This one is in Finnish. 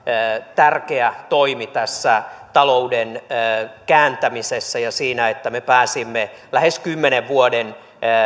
tärkeä toimi tässä talouden kääntämisessä ja siinä että me pääsimme lähes kymmenen vuoden